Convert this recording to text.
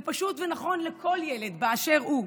זה פשוט ונכון לכל ילד באשר הוא,